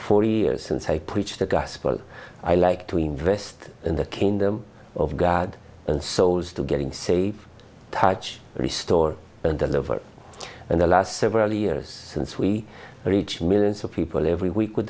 forty years since i preach the gospel i like to invest in the kingdom of god and souls to getting say touch restore and deliver and the last several years since we reach millions of people every week with